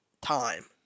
time